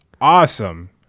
awesome